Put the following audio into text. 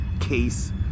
Case